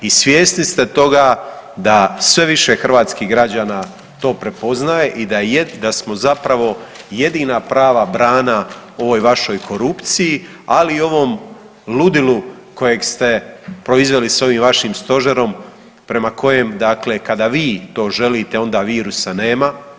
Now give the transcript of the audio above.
I svjesni ste toga da sve više hrvatskih građana to prepoznaje i da smo zapravo jedina prava brana ovoj vašoj korupciji, ali i ovom ludilu kojeg ste proizveli sa ovim vašim Stožerom prema kojem, dakle kada vi to želite onda virusa nema.